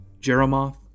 Jeremoth